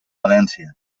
valència